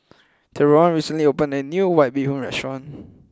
Theron recently opened a New White Bee Hoon Restaurant